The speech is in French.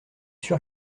sûr